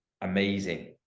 amazing